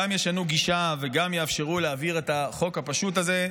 גם ישנו גישה וגם יאפשרו להעביר את החוק הפשוט הזה.